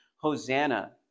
Hosanna